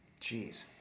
Jeez